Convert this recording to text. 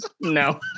no